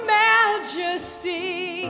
majesty